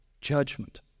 judgment